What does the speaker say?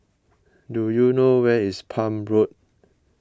do you know where is Palm Road